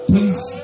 Please